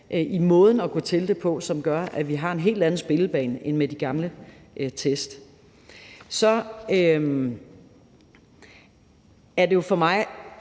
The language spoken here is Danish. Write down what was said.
i måden at gå til det på, som gør, at vi har en helt anden spillebane end med de gamle test. For mig er det jo en